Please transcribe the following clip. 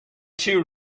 two